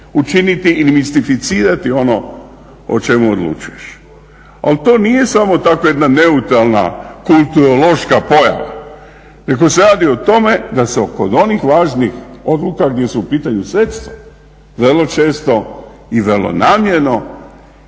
učiniti ili mistificirati ono o čemu odlučuješ. Ali to nije samo tako jedna neutralna kulturološka pojava nego se radi o tome da se kod onih važnih odluka gdje su u pitanju sredstva vrlo često i vrlo namjerno